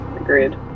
Agreed